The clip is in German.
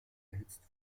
erhitzt